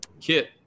kit